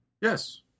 Yes